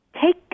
Take